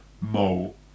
Mole